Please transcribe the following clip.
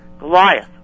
Goliath